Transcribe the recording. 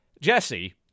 jesse